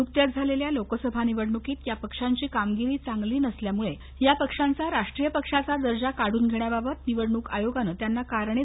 नुकत्याच झालेल्या लोकसभा निवडणुकीत या पक्षांची कामगिरी चांगली नसल्यामुळे या पक्षांचा राष्ट्रीय पक्षाचा दर्जा काढून घेण्याबाबत निवडणूक आयोगानं त्यांना कारणे दाखवा नोटीस बजावली होती